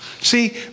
See